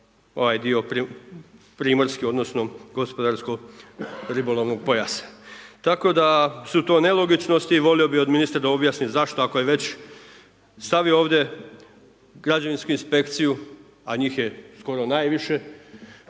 ovaj dio primorske, odnosno, gospodarskog ribolovnog pojasa. Tako da su to nelogičnosti i volio bi od ministra da objasni, zašto ako je već stavio ovdje građevinsku inspekciju, a njih je ono najviše,